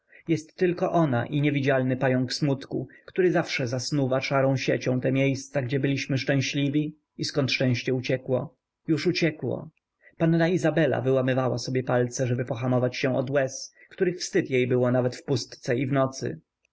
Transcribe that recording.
jest tylko ona i niewidzialny pająk smutku który zawsze zasnuwa szarą siecią te miejsca gdzie byliśmy szczęśliwi i zkąd szczęście uciekło już uciekło panna izabela wyłamywała sobie palce ażeby pohamować się od łez których wstyd jej było nawet w pustce i w nocy